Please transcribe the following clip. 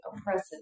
oppressive